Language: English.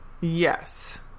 Yes